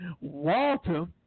Walter